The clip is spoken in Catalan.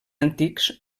antics